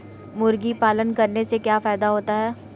मुर्गी पालन करने से क्या फायदा होता है?